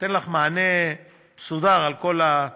אני נותן לך מענה מסודר על כל הספקטרום.